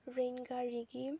ꯔꯦꯜꯒꯥꯔꯤꯒꯤ